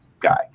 guy